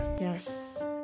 Yes